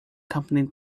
accompanied